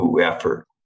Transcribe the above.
effort